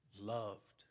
loved